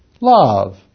love